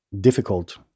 difficult